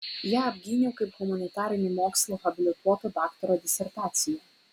ją apgyniau kaip humanitarinių mokslų habilituoto daktaro disertaciją